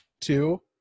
Two